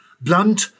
Blunt